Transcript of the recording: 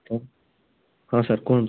ହଁ ହଁ ସାର୍ କୁହନ୍ତୁ